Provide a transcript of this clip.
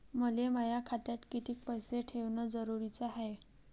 मले माया खात्यात कितीक पैसे ठेवण जरुरीच हाय?